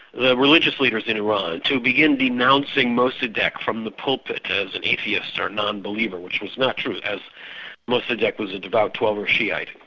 the religious leaders in iran, to begin denouncing mossadeq from the pulpit as an atheist, or non-believer, which was not true, as mossadeq was a devout twelver shi'ite.